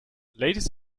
ladies